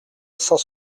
cent